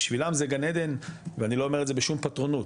בשבילם זה גן עדן ואני לא אומר את זה בשום פטרונות,